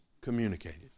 communicated